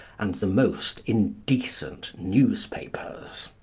and the most indecent newspapers.